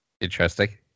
Interesting